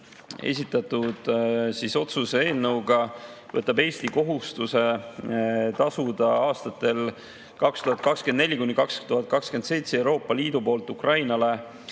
Esitatud otsuse eelnõuga võtab Eesti kohustuse tasuda aastatel 2024–2027 Euroopa Liidu poolt Ukrainale